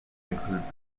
include